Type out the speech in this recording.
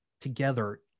together